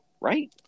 right